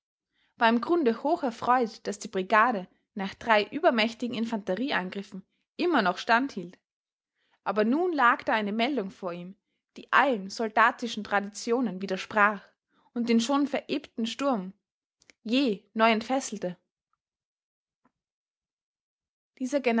war im grunde hoch erfreut daß die brigade nach drei übermächtigen infanterieangriffen immer noch standhielt aber nun lag da eine meldung vor ihm die allen soldatischen traditionen widersprach und den schon verebbten sturm jäh neu entfesselte dieser